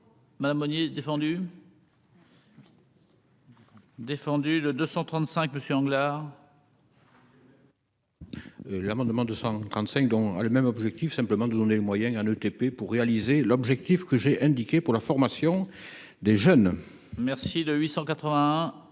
Madame Monier défendu. J'ai fait. Défendu le 235 Monsieur Anglade. L'amendement 245 dans le même objectif simplement de donner les moyens de TP pour réaliser l'objectif que j'ai indiqués pour la formation des jeunes. Merci de 881